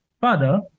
father